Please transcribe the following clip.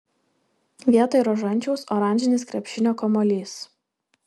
vietoj rožančiaus oranžinis krepšinio kamuolys